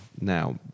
Now